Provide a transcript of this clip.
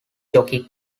jockey